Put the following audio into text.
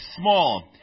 small